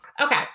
okay